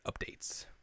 updates